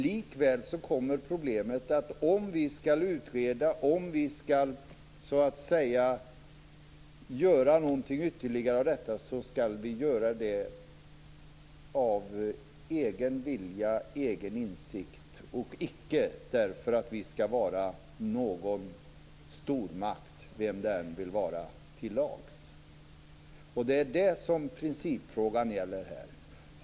Likväl är det så, att om vi skall utreda och göra något av detta skall vi göra det av egen vilja, egen insikt, och icke därför att vi skall vara någon stormakt, vilken det än må vara, till lags. Det är detta som principfrågan gäller.